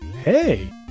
hey